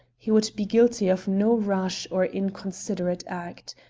he would be guilty of no rash or inconsiderate act.